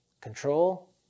Control